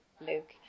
Luke